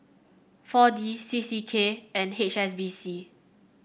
four D C C K and H S B C